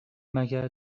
مگر